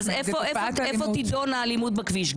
איפה תידון האלימות בכביש?